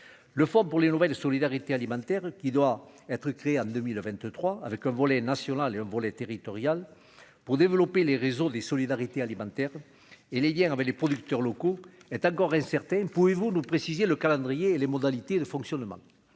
le font pour les nouvelles solidarités alimentaire qui doit être créée en 2023 avec un volet national pour les territoriales pour développer les raisons des solidarités alimentaire et les guerres avec les producteurs locaux est encore incertain, pouvez-vous nous préciser le calendrier et les modalités de fonctionnement